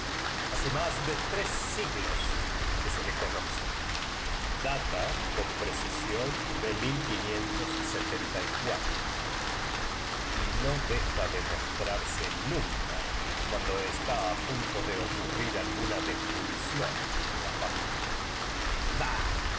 hace más de tres siglos que se le conoce data con preci sión de y no deja de mostrarse nunca cuando está a punto de ocurrir alguna de función en la familia bah